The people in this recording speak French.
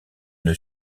une